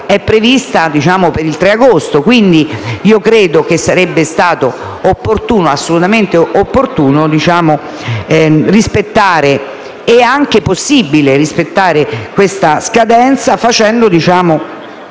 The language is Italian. è prevista per il 3 agosto, quindi credo che sarebbe stato assolutamente opportuno e anche possibile rispettare questa scadenza, facendo bene